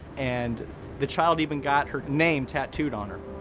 and the child even got her name tattooed on her.